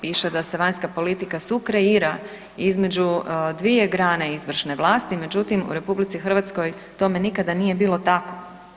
Piše da se vanjska politika sukreira između dviju grana izvršne vlasti, međutim, u RH tome nikada nije bilo tako.